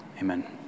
Amen